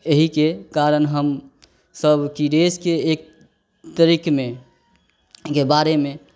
एहिके कारण कि हमसभ कि रेसके एक तरिकमे के बारेमे